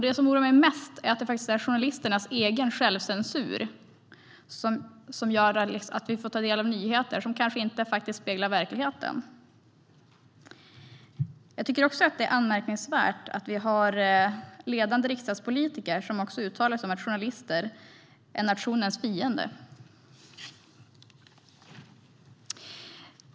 Det som oroar mig mest är att det faktiskt är journalisternas egen självcensur som gör att vi får ta del av nyheter som kanske inte speglar verkligheten. Jag tycker också att det är anmärkningsvärt att vi har ledande riksdagspolitiker som uttalar att journalister är nationens fiender.